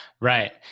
Right